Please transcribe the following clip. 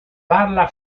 parla